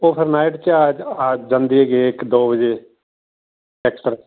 ਓ ਫੇਰ ਨਾਈਟ 'ਚ ਆ ਆ ਜਾਂਦੀ ਹੈਗੀ ਇੱਕ ਦੋ ਵਜੇ ਐਕਸਲ